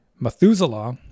Methuselah